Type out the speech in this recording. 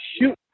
shoot